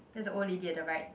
that's a old lady at the right